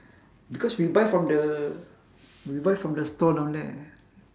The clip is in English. because we buy from the we buy from the store down there